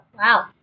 Wow